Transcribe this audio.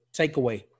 takeaway